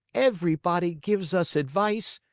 everybody gives us advice,